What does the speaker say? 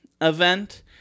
event